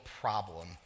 problem